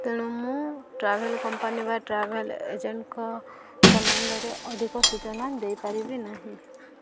ତେଣୁ ମୁଁ travel company ବା ଟ୍ରାଭେଲ୍ ଏଜେଣ୍ଟଙ୍କ ସମ୍ବନ୍ଧରେ ଅଧିକ ସୂଚନା ଦେଇପାରିବି ନାହିଁ